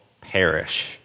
perish